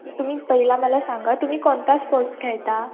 तुम्ही पहिला मला सांगा तुम्ही कोणता स्पोर्ट्स खेळता